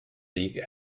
league